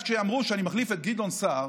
כשאמרו שאני מחליף את גדעון סער,